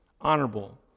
honorable